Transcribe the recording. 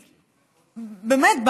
באמת,